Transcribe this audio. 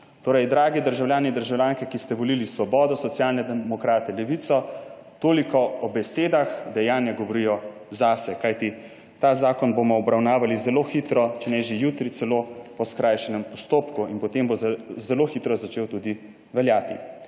Torej, dragi državljani in državljanke, ki ste volili Svobodo, Socialne demokrate, Levico, toliko o besedah, dejanja govorijo zase. Kajti ta zakon bomo obravnavali zelo hitro, če ne že celo jutri po skrajšanem postopku, in potem bo zelo hitro začel tudi veljati.